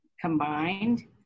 combined